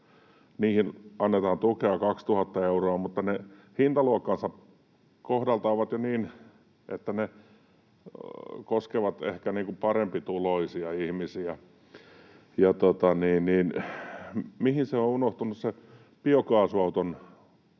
Niihin annetaan tukea 2 000 euroa, mutta ne hintaluokkansa kohdalta ovat sellaisia, että ne koskevat ehkä parempituloisia ihmisiä. Mihin on unohtunut se biokaasuauton